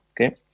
okay